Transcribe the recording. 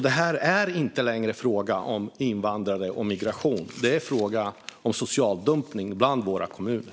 Detta är alltså inte längre en fråga om invandrare och migration, utan det är en fråga om social dumpning bland våra kommuner.